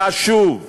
חשוב.